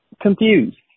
confused